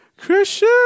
Christian